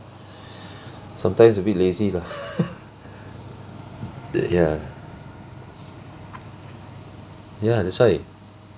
sometimes a bit lazy lah ya ya that's why